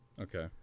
okay